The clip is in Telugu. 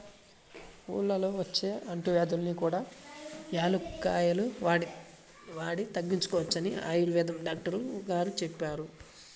ఊళ్ళల్లో వచ్చే అంటువ్యాధుల్ని కూడా యాలుక్కాయాలు వాడి తగ్గించుకోవచ్చని ఆయుర్వేదం డాక్టరు గారు చెప్పారు